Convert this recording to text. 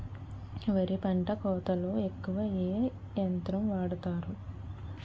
వరి పంట కోతలొ ఎక్కువ ఏ యంత్రం వాడతారు?